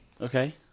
Okay